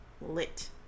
lit